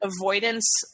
avoidance